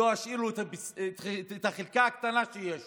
לא אשאיר להם את החלקה הקטנה שיש להם?